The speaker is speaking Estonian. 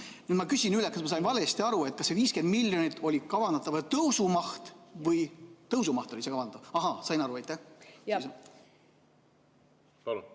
Nüüd ma küsin üle, kas ma sain valesti aru – kas see 50 miljonit oli kavandatava tõusu maht või ...? Tõusu maht oli see kavandatav? Ahaa, sain aru, aitäh!